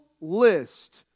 list